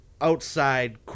outside